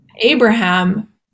Abraham